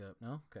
No